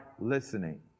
listening